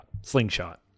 slingshot